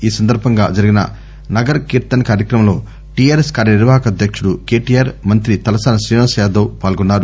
ఈ సందర్బంగా జరిగిన నగర్ కీర్తన్ కార్యక్రమంలో టిఆర్ఎస్ కార్యనిర్వహక అధ్యక్షుడు కెటిఆర్ మంత్రి తలసాని శ్రీనివాస్ యాదవ్ పాల్గొన్నారు